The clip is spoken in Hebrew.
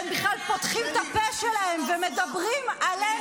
-- בושה וחרפה שהם בכלל פותחים את הפה שלהם ומדברים עלינו,